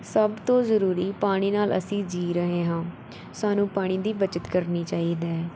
ਸਭ ਤੋਂ ਜ਼ਰੂਰੀ ਪਾਣੀ ਨਾਲ਼ ਅਸੀਂ ਜੀ ਰਹੇ ਹਾਂ ਸਾਨੂੰ ਪਾਣੀ ਦੀ ਬੱਚਤ ਕਰਨੀ ਚਾਹੀਦਾ ਹੈ